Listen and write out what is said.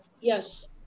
yes